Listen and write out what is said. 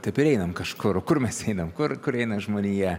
taip ir einam kažkur kur mes einam kur kur eina žmonija